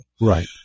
Right